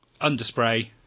underspray